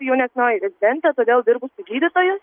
jaunesnioji rezidentė todėl dirbu su gydytoju